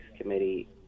committee